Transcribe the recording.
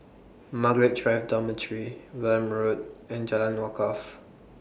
Margaret Drive Dormitory Welm Road and Jalan Wakaff